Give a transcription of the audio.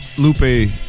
Lupe